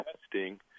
testing